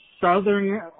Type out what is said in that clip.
southern